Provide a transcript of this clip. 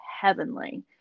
heavenly